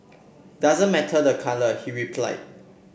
doesn't matter the colour he replied